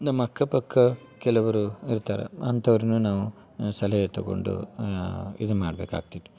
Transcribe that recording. ನಮ್ಮ ಅಕ್ಕಪಕ್ಕ ಕೆಲವರು ಇರ್ತಾರೆ ಅಂಥವ್ರ್ನ ನಾವು ಸಲಹೆ ತಗೊಂಡು ಇದು ಮಾಡಬೇಕಾಗೈತಿ